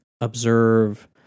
observe